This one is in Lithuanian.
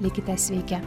likite sveiki